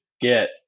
get